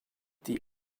die